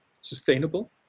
sustainable